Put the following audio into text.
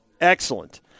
Excellent